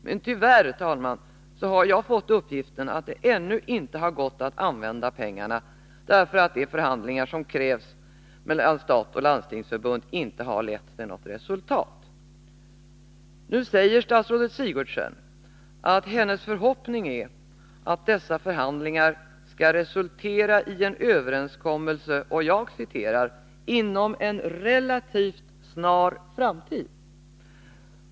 Men tyvärr har jag fått uppgiften att det ännu inte har gått att använda de pengarna, därför att de förhandlingar som krävs mellan staten och Landstingsförbundet inte har lett till något resultat. Nu säger statsrådet Sigurdsen att hennes förhoppning är att dessa förhandlingar skall resultera i en överenskommelse ”inom en relativt snar framtid”.